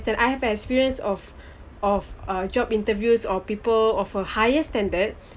and I have experience of of job interviews of people of a higher standard